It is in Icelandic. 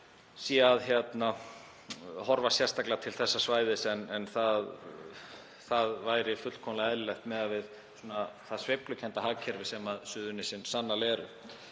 horfi sérstaklega til þessa svæðis. En það væri fullkomlega eðlilegt miðað við það sveiflukennda hagkerfi sem Suðurnesin sannarlega eru.